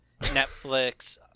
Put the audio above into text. Netflix